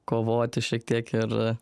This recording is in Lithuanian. kovoti šiek tiek ir